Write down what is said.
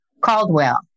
Caldwell